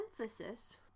emphasis